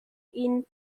ihnen